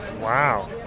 Wow